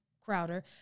Crowder